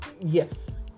Yes